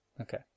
Okay